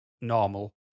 normal